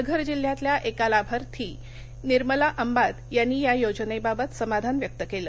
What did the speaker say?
पालघर जिल्ह्यातल्या एक लाभार्थी निर्मला आंबात यांनी या योजनेबाबत समाधान व्यक्त केलं